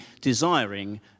desiring